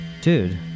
Dude